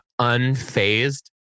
unfazed